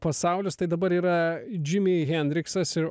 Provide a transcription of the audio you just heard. pasaulis tai dabar yra džiumi hendriksas ir